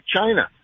China